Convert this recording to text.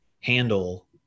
handle